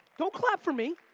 don't clap for me.